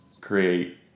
create